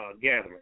gathering